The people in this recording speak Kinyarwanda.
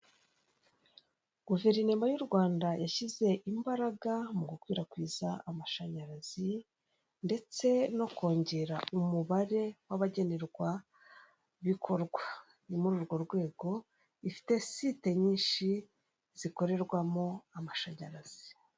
Turimo turabona ibikorwaremezo nk'umuhanda, ibiyaga, ibiti n'ubwo uwareba neza atitegereje yabona wagirango ngo byakundukiye mu mazi, ariko byatewe n'ifoto bafashe bigaragaza bisa nk'aho ibi biti n'amapironi byaguye mu nyanja cyangwa mu mazi. Ariko bari bagambiriye kutwereka ibikorwa remezo nk'imihanda, n'ibiti n'ibindi.